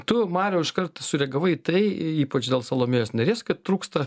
tu mariau iškart sureagavai į tai ypač dėl salomėjos nėries kad trūksta